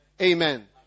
Amen